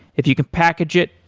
if you can package it,